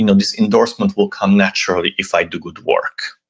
you know this endorsement will come naturally if i do good work.